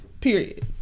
period